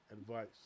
Advice